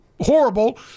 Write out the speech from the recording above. horrible